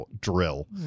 Drill